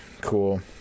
Cool